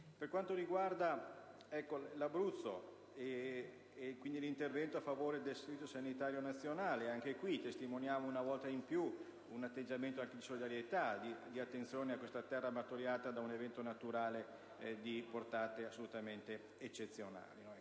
Per quanto riguarda l'Abruzzo e l'intervento a favore del Servizio sanitario nazionale, testimoniamo una volta di più un atteggiamento di solidarietà e di attenzione a questa terra martoriata da un evento naturale di portata eccezionale.